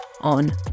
on